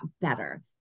better